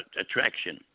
attraction